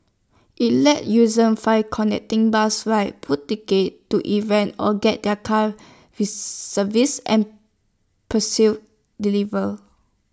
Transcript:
IT lets users find connecting bus rides book tickets to events or get their cars serviced and pursue delivered